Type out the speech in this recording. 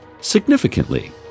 significantly